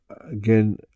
again